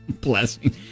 Blessing